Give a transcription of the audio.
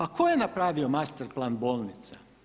A tko je napravio master plan bolnica?